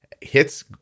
Hits